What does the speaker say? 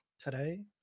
today